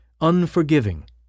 unforgiving